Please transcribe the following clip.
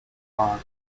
park